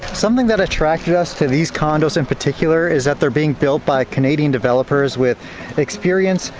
something that attracted us to these condos in particular is that they're being built by canadian developers with experience.